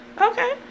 Okay